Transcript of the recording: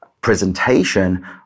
presentation